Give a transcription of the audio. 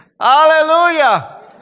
hallelujah